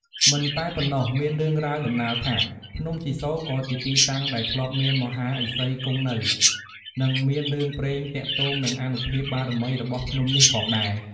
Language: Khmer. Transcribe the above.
មិនតែប៉ុណ្ណោះមានរឿងរ៉ាវដំណាលថា ភ្នំជីសូរក៏ជាទីតាំងដែលធ្លាប់មានមហាឥសីគង់នៅ និងមានរឿងព្រេងទាក់ទងនឹងអានុភាពបារមីរបស់ភ្នំនេះផងដែរ។